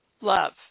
Love